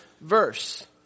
verse